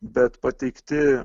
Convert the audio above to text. bet pateikti